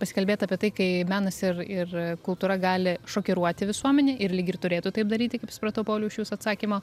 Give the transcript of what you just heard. pasikalbėt apie tai kai menas ir ir kultūra gali šokiruoti visuomenę ir lyg ir turėtų taip daryti kaip supratau pauliau iš jūsų atsakymo